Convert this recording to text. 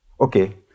Okay